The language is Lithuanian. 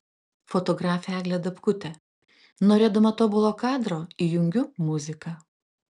fotografė eglė dabkutė norėdama tobulo kadro įjungiu muziką